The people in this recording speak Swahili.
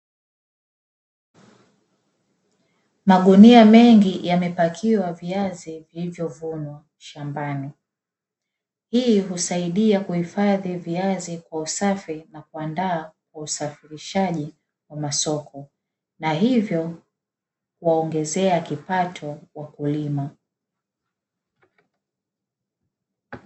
Magunia mengi yamepakiwa viazi vilivyovunwa shambani hii husaidia kuhifadhi viazi kwa usafi na kuandaa kwa usafirishaji wa masoko na hivyo kuwaongezea kipato wakulima.